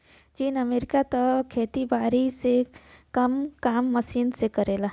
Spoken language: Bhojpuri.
चीन, अमेरिका त खेती बारी के सब काम मशीन के करलन